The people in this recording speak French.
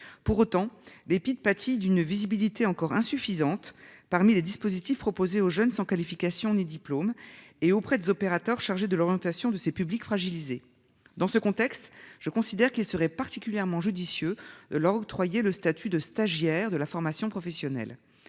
pour autant d'épiques pâtit d'une visibilité encore insuffisante. Parmi les dispositifs proposés aux jeunes sans qualification ni diplôme et auprès des opérateurs chargés de l'orientation de ces publics fragilisés dans ce contexte, je considère qu'il serait particulièrement judicieux de leur octroyer le statut de stagiaire de la formation professionnelle,